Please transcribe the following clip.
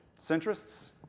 Centrists